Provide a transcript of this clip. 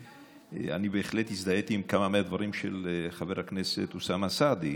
ואני בהחלט הזדהיתי עם כמה מהדברים של חבר הכנסת אוסאמה סעדי,